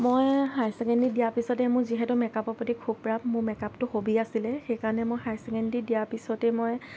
মই high secondary দিয়া পিছতে মোৰ যিহেতু মেকআপৰ প্ৰতি খুব ৰাপ মোৰ মেকআপটো হবি আছিলে সেইকাৰণে মই হাই ছেকেণ্ডাৰী দিয়া পিছতে মই